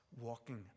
walking